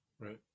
Right